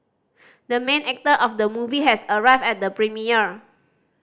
the main actor of the movie has arrived at the premiere